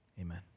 Amen